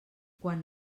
quan